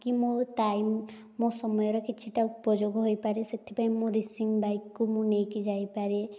କି ମୁଁ ଟାଇମ୍ ମୋ ସମୟର କିଛିଟା ଉପଯୋଗ ହୋଇପାରେ ସେଥିପାଇଁ ମୁଁ ରେସିଂ ବାଇକ୍ କୁ ମୁଁ ନେଇକି ଯାଇପାରେ